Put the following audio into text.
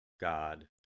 God